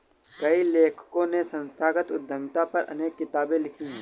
कई लेखकों ने संस्थागत उद्यमिता पर अनेक किताबे लिखी है